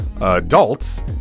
adults